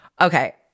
Okay